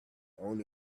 only